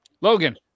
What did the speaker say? logan